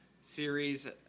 series